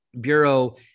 bureau